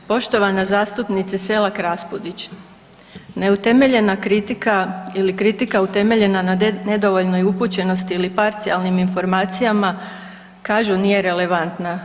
Poštovana zastupnice Selak Raspudić, neutemeljena kritika ili kritika utemeljena na nedovoljnoj upućenosti ili parcijalnim informacijama kažu nije relevantna.